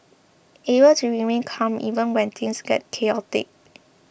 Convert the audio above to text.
able to remain calm even when things get chaotic